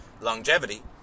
longevity